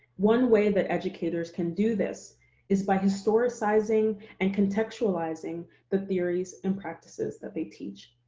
one way that educators can do this is by historicizing and contextualizing the theories and practices that they teach.